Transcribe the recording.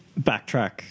backtrack